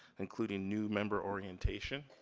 including new member orientation.